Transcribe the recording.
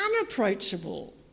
unapproachable